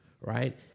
right